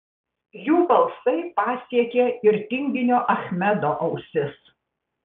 jų balsai pasiekė ir tinginio achmedo ausis